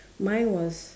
mine was